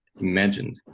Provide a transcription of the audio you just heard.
imagined